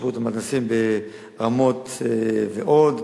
שיפוץ המתנ"סים ברמות ועוד.